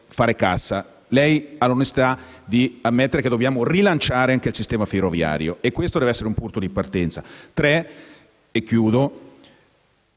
Ministro, lei ha l'onestà di ammettere che dobbiamo rilanciare anche il sistema ferroviario, e questo deve essere un punto di partenza. In terzo